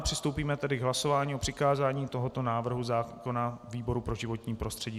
Přistoupíme tedy k hlasování o přikázání tohoto návrhu zákona výboru pro životní prostředí.